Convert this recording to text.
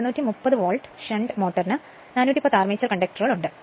230 volt shunt മോട്ടോറിന് 410 armature കണ്ടക്ടറുകൾ ഉണ്ട്